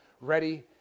ready